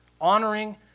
Honoring